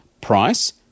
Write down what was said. price